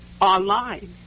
online